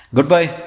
Goodbye